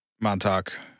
Montauk